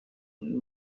and